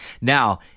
Now